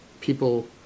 people